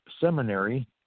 seminary